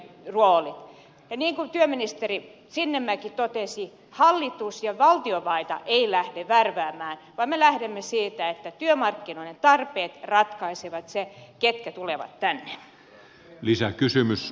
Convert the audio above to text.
ja niin kuin työministeri sinnemäki totesi hallitus ja valtiovalta eivät lähde värväämään vaan me lähdemme siitä että työmarkkinoiden tarpeet ratkaisevat sen ketkä tulevat tänne